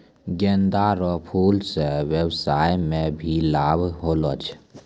गेंदा रो फूल से व्यबसाय मे भी लाब होलो छै